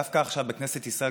דווקא עכשיו בכנסת ישראל,